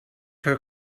her